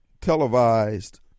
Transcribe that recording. Televised